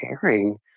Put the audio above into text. caring